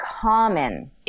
common